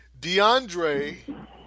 DeAndre